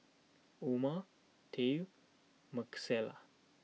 Oma Tye Marcella